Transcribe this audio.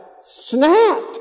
snapped